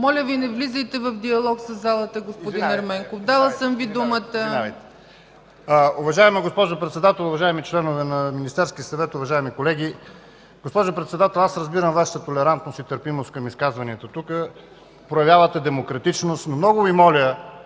Моля Ви, не влизайте в диалог със залата, господин Ерменков. Дала съм Ви думата! ТАСКО ЕРМЕНКОВ: Извинявайте. Уважаема госпожо Председател, уважаеми членове на Министерския съвет, уважаеми колеги! Госпожо Председател, аз разбирам Вашата толерантност и търпимост към изказванията тук, проявявате демократичност. Но много Ви моля,